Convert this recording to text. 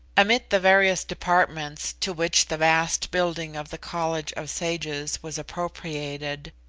amid the various departments to which the vast building of the college of sages was appropriated,